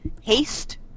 haste